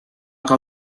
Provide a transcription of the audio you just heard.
kau